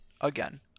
again